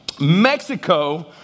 Mexico